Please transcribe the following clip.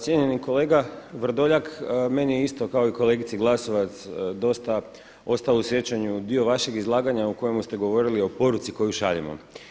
Cijenjeni kolega Vrdoljak, meni je isto kao i kolegici Glasovac dosta ostalo u sjećanju dio vašeg izlaganja u kojemu ste govorili o poruci koju šaljemo.